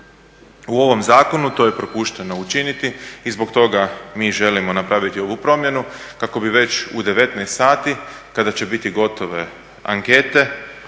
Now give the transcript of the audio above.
U ovom zakonu to je propušteno učiniti i zbog toga mi želimo napraviti ovu promjenu kako bi već u 19,00 sati kada će biti gotove ankete